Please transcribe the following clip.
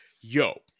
yo